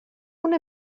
una